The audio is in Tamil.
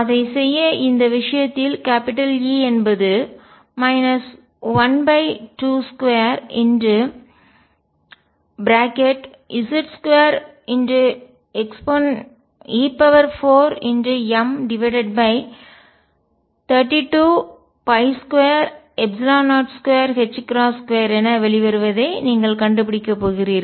அதைச் செய்ய இந்த விஷயத்தில் E என்பது 122Z2e4m322022 என வெளிவருவதை நீங்கள் கண்டுபிடிக்கப் போகிறீர்கள்